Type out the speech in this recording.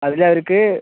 അതില് അവരിക്ക്